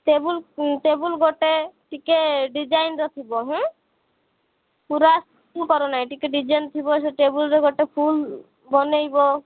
table table ଗୋଟେ ଟିକେ ଡିଜାଇନ୍ର ଥିବ ପୁରା କରନାହିଁ ଟିକେ ଡିଜାଇନ୍ ଥିବ ସେ ଟେବୁଲ୍ରେ ଗୋଟେ ଫୁଲ ବନେଇବ